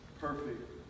perfect